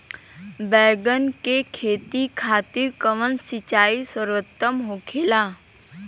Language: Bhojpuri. बैगन के खेती खातिर कवन सिचाई सर्वोतम होखेला?